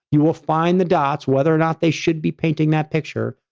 you will find the dots, whether or not they should be painting that picture,